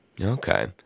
Okay